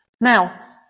Now